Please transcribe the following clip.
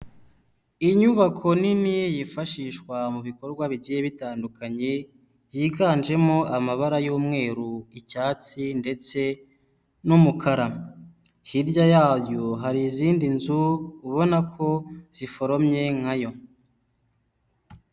Inyubako nini yifashishwa mu bikorwa bigiye bitandukanye byiganjemo: amabara y'umweru, icyatsi, ndetse n'umukara, hirya yayo hari izindi nzu ubona ko ziforomye nka yo.